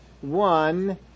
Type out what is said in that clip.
one